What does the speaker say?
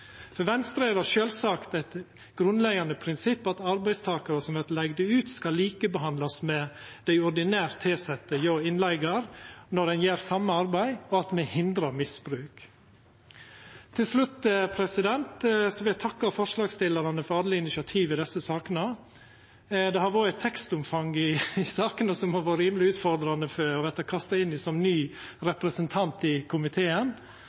For Venstre er det sjølvsagt eit grunnleggjande prinsipp at arbeidstakarar som vert leigde ut, skal likebehandlast med dei ordinært tilsette hjå innleigaren når ein gjer same arbeid, og at ein hindrar misbruk. Til slutt vil eg takka forslagsstillarane for alle initiativ i desse sakene. Det har vore eit tekstomfang i sakene som har vore rimeleg utfordrande å verta kasta inn i som ny representant i komiteen,